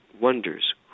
wonders